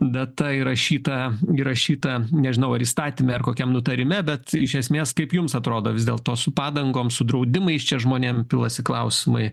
data įrašyta įrašyta nežinau ar įstatyme ar kokiam nutarime bet iš esmės kaip jums atrodo vis dėlto su padangom su draudimais čia žmonėm pilasi klausimai